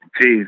Peace